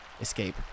escape